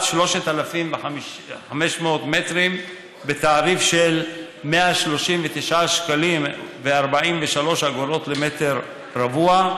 3,500 מטרים בתעריף של 139.43 למטר רבוע,